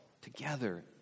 together